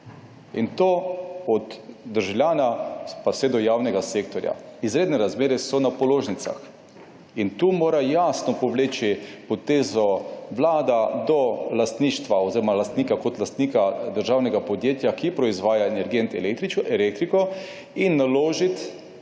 in to od državljana pa vse do javnega sektorja. Izredne razmere so na položnicah. Tukaj mora povleči jasno potezo vlada do lastništva kot lastnika državnega podjetja, ki proizvaja energent elektriko, in naložiti,